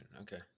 Okay